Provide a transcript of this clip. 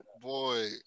Boy